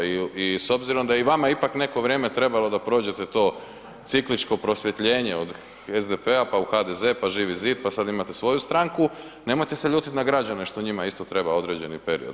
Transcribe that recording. I s obzirom da je i vama ipak neko vrijeme trebalo da prođete to cikličko prosvjetljenje od SDP, pa u HDZ, pa Živi zid, pa sad imate svoju stranku, nemojte se ljutiti na građane što njima isto treba određeni period.